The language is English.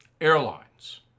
airlines